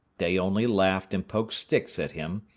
they only laughed and poked sticks at him,